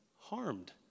harmed